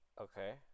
Okay